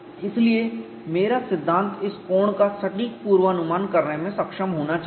इसलिए मेरा सिद्धांत इस कोण का सटीक पूर्वानुमान करने में सक्षम होना चाहिए